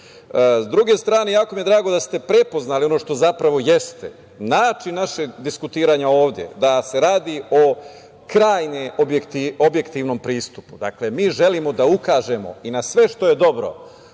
druge strane, jako mi je drago da ste prepoznali ono što zapravo jeste način našeg diskutovanja ovde, da se radi o krajnje objektivnom pristupu. Dakle, mi želimo da ukažemo na sve što je dobro